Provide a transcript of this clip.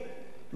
החוק אומר.